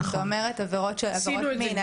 זאת אומרת עבירות מין,